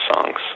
songs